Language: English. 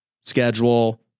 schedule